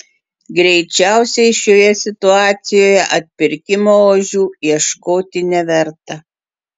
greičiausiai šioje situacijoje atpirkimo ožių ieškoti neverta